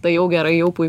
tai jau gerai jau pui